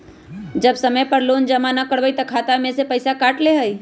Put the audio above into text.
जब समय पर लोन जमा न करवई तब खाता में से पईसा काट लेहई?